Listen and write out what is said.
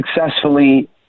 successfully